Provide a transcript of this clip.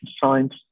science